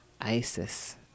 Isis